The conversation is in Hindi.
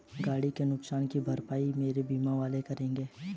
गाड़ी के नुकसान की भरपाई मेरे बीमा वाले करेंगे